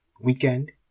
weekend